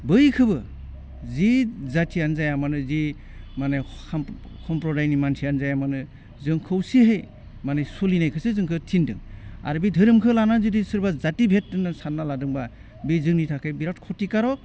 बयखौबो जि जाथियानो जायामानो जि माने खाम हमप्रदायनि मानसियानो जाया मानो जों खौसेहै माने सलिनायखौसो जोंखौ थिनदों आरो बे धोरोमखो लानानै जुदि सोरबा जाथि भेट होनना सानना लादोंबा बि जोंनि थाखाय बिरात खुथि खारक